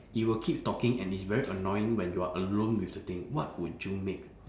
it will keep talking and it's very annoying when you are alone with the thing what would you make